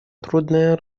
трудная